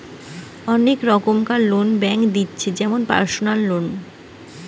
অনেক রোকমকার loan bank দিতেছে যেমন পারসনাল লোন